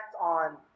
on